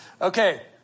Okay